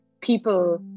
people